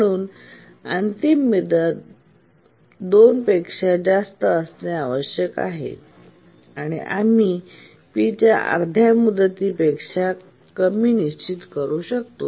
म्हणून अंतिम मुदत 2 पेक्षा जास्त असणे आवश्यक आहे किंवा आम्ही Pची अर्ध्या मुदतीपेक्षा कमी निश्चित करू शकतो